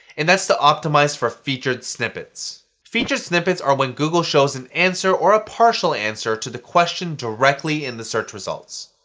and that's to optimize for featured snippets featured snippets are when google shows an answer, or a partial answer to the question directly in the search results.